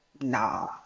nah